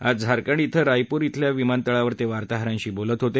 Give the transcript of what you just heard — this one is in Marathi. आज झारखंड मध्ये रायपूर खिल्या विमानतळावर ते वार्ताहरांशी बोलत होते